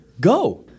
go